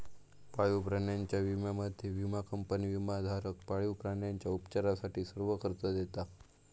पाळीव प्राण्यांच्या विम्यामध्ये, विमा कंपनी विमाधारक पाळीव प्राण्यांच्या उपचारासाठी सर्व खर्च देता